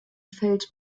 feld